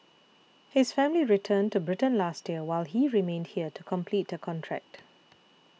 his family returned to Britain last year while he remained here to complete a contract